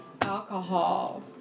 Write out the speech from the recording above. alcohol